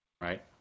right